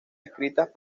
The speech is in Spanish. escritas